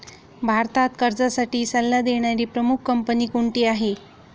भारतात कर्जासाठी सल्ला देणारी प्रमुख कंपनी कोणती आहे?